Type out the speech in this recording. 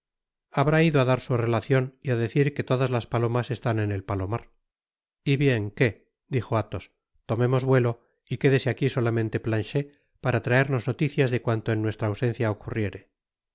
habrá ido á dar su relacion y á decir que todas las palomas están en el palomar y bien qué dijo athos tomemos vuelo y quédese aquí solamente planchet para traernos nolicias de cuanto en nuestra ausencia ocurriere